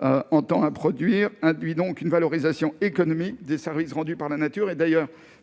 à introduire, induit par ailleurs une valorisation économique des services rendus par la nature. Le